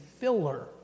filler